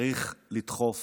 צריך לדחוף